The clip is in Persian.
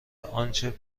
آنچه